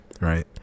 Right